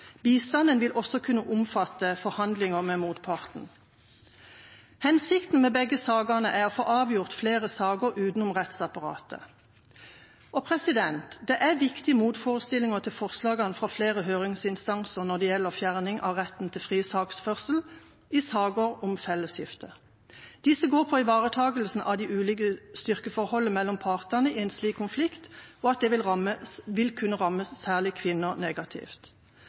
Bistanden vil også kunne omfatte forhandlinger med motparten. Hensikten med begge sakene er å få avgjort flere saker utenom rettsapparatet. Det er viktige motforestillinger til forslagene fra flere høringsinstanser når det gjelder fjerning av retten til fri sakførsel i saker om fellesskifte. Disse går på ivaretakelse av det ulike styrkeforholdet mellom partene i en slik konflikt, og at det særlig vil kunne ramme kvinner negativt.